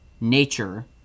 Nature